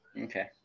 Okay